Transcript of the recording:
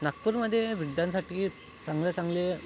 नागपूरमध्ये वृद्धांसाठी चांगले चांगले